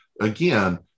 again